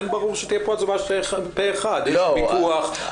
מדובר בפיקוח,